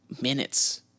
minutes